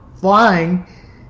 flying